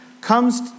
comes